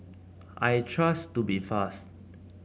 I trust Tubifast